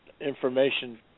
information